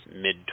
mid